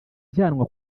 ijyanwa